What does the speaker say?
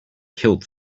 killed